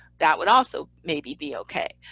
that would also maybe be okay.